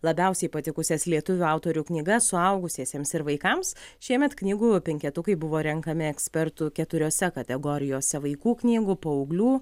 labiausiai patikusias lietuvių autorių knygas suaugusiesiems ir vaikams šiemet knygų penketukai buvo renkami ekspertų keturiose kategorijose vaikų knygų paauglių